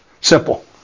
Simple